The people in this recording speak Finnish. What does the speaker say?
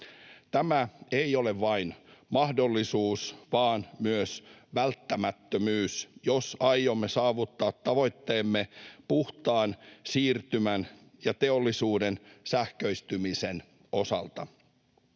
Tämä ei ole vain mahdollisuus vaan myös välttämättömyys, jos aiomme saavuttaa tavoitteemme puhtaan siirtymän ja teollisuuden sähköistymisen osalta.